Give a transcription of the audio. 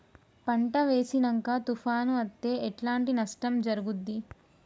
పంట వేసినంక తుఫాను అత్తే ఎట్లాంటి నష్టం జరుగుద్ది?